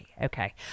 Okay